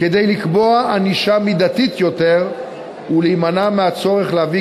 כדי לקבוע ענישה מידתית יותר ולהימנע מהצורך להביא